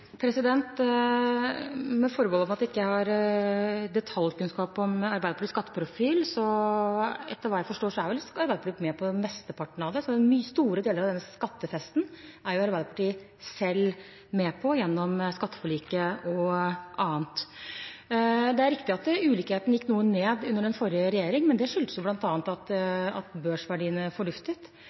Med forbehold om at jeg ikke har detaljkunnskap om Arbeiderpartiets skatteprofil, er vel – etter hva jeg forstår – Arbeiderpartiet med på mesteparten av det. Store deler av den skattefesten er Arbeiderpartiet selv med på, gjennom skatteforliket og annet. Det er riktig at ulikheten gikk noe ned under den forrige regjeringen, men det skyldtes bl.a. at børsverdiene forduftet.